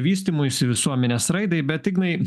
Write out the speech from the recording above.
vystymuisi visuomenės raidai bet ignai